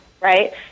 right